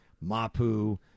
Mapu